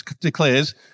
declares